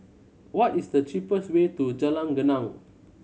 what is the cheapest way to Jalan Geneng